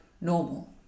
normal